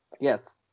Yes